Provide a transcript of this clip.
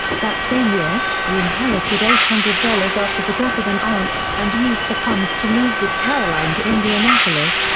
that same year, he inherited eight hundred dollars after the death of an aunt, and used the funds to move with caroline to indianapolis,